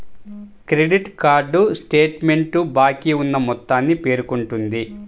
credit card statement బాకీ ఉన్న మొత్తాన్ని పేర్కొంటుంది